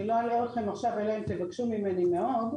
לא אלאה אתכם עכשיו אלא אם תבקשו ממני מאוד.